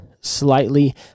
slightly